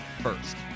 first